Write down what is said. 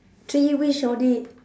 three wish only